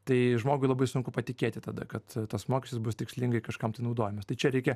tai žmogui labai sunku patikėti tada kad tas mokestis bus tikslingai kažkam tai naudojamas tai čia reikia